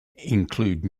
include